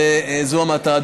וזו המטרה.